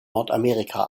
nordamerika